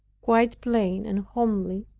quite plain and homely,